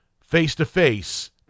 face-to-face